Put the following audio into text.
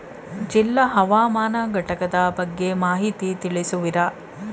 ಜಿಲ್ಲಾ ಹವಾಮಾನ ಘಟಕದ ಬಗ್ಗೆ ಮಾಹಿತಿ ತಿಳಿಸುವಿರಾ?